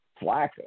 Flacco